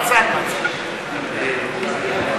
חברי הכנסת,